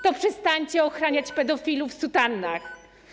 To przestańcie ochraniać pedofilów w sutannach.